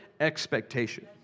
expectation